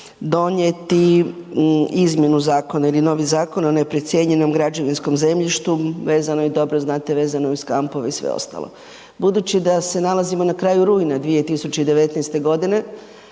donijeti izmjenu zakona ili novi zakon o neprocijenjenom građevinskom zemljištu. Vezano je, vi dobro znate, vezano je uz kampove i sve ostalo. Budući da se nalazimo na kraju rujna 2019. a dakle